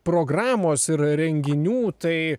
programos ir renginių tai